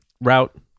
route